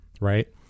right